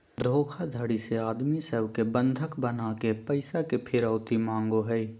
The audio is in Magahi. धोखाधडी से आदमी सब के बंधक बनाके पैसा के फिरौती मांगो हय